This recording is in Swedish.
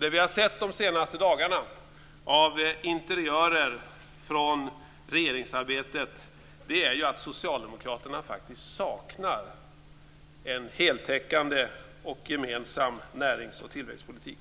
Det vi har sett de senaste dagarna av interiörer från regeringsarbetet är att Socialdemokraterna saknar en heltäckande och gemensam näringsoch tillväxtpolitik.